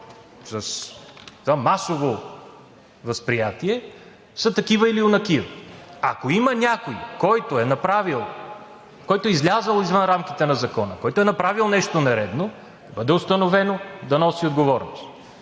масово възприятие са такива или онакива! Ако има някой, който е излязъл извън рамките на закона, който е направил нещо нередно – да бъде установено, да носи отговорност,